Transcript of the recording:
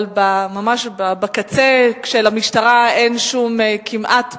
אבל בקצה של המשטרה אין כמעט פתרונות,